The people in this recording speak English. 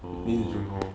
oh